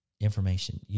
information